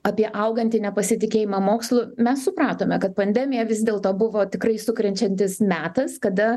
apie augantį nepasitikėjimą mokslu mes supratome kad pandemija vis dėlto buvo tikrai sukrečiantis metas kada